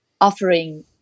offering